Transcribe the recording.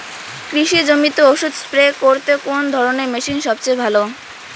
কৃষি জমিতে ওষুধ স্প্রে করতে কোন ধরণের মেশিন সবচেয়ে ভালো?